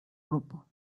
grupo